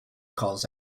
calls